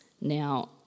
Now